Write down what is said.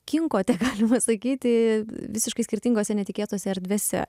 kinkote galima sakyti visiškai skirtingose netikėtose erdvėse